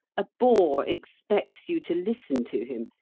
a bore expects you to listen to him.